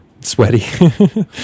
sweaty